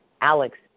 Alex